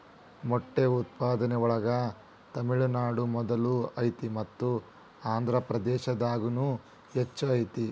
ಮೊಟ್ಟೆ ಉತ್ಪಾದನೆ ಒಳಗ ತಮಿಳುನಾಡು ಮೊದಲ ಐತಿ ಮತ್ತ ಆಂದ್ರಪ್ರದೇಶದಾಗುನು ಹೆಚ್ಚ ಐತಿ